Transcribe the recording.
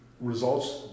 results